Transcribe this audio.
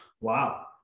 Wow